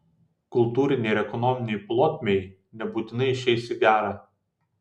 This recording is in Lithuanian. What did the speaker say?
kultūrinei ir ekonominei plotmei nebūtinai išeis į gerą